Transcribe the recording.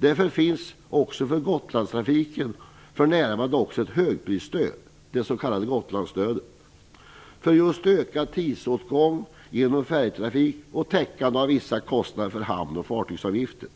Därför finns också för närvarande ett högprisstöd för godstrafiken, det s.k. Gotlandsstödet. Det är till för att täcka kostnader för ökad tidsåtgång genom färjetrafik och vissa hamn och fartygsavgifter.